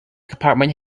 compartment